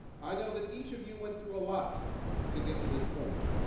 i know that each of you went through a lot to get to this point,